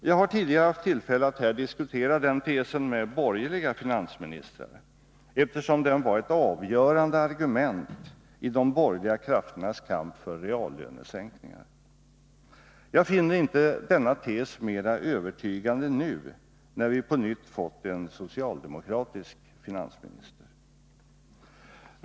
Jag har tidigare haft tillfälle att här diskutera denna tes med borgerliga finansministrar, eftersom den var ett avgörande argument i de borgerliga krafternas kamp för reallönesänkningar. Jag finner inte denna tes mera övertygande nu, när vi på nytt fått en socialdemokratisk finansminister.